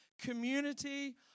Community